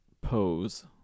pose